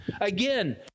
Again